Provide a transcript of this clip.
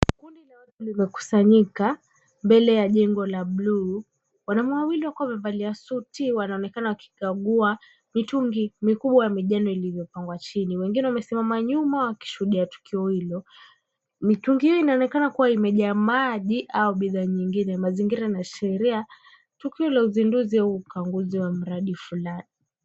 Kundi la watu limekusanyika mbele ya jengo la bluu. Wanaume wawili wakiwa wamevalia suti wanaonekana wakikagua mitungi mikubwa minjano iliyopangwa chini. Wengine wamesimama nyuma wakishuhudia tukio hilo. Mitungi hiyo inaonekana kuwa imejaa maji au bidhaa nyingine. Mazingira yanaashiria tukio la uzinduzi au ukaguzi wa mradi fulani.